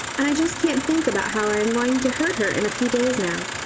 and i just can't think about how i am going to hurt her in a few days now.